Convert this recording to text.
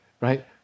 right